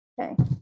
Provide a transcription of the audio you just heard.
Okay